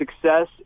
success